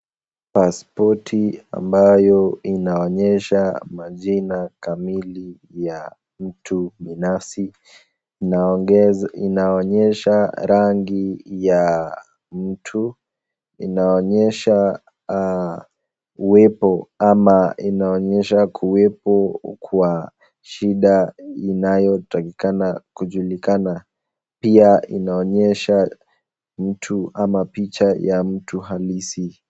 Paspoti ambayo inaonyesha majina kamili ya mtu binafsi. Inaonyesha rangi ya mtu inaonyesha wepo ama inaonyesha kuwepo kwa shida inayotakikana kujulikana pia inaonyesha mtu ama picha ya mtu halisi.